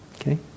Okay